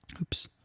oops